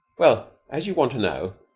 well, as you want to know,